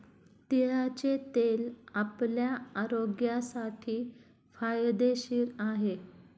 तिळाचे तेल आपल्या आरोग्यासाठी फायदेशीर आहे